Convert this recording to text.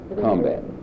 combat